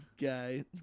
guy